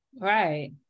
right